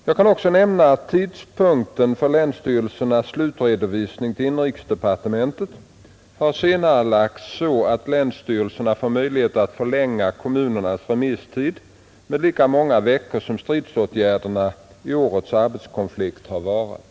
Jag kan också nämna att tidpunkten för länsstyrelsernas slutredovisning till inrikesdepartementet har senarelagts så att länsstyrelserna får möjlighet att förlänga kommunernas remisstid med lika många veckor som stridsåtgärderna i årets arbetskonflikter har varat.